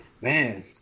man